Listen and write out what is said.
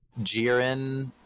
Jiren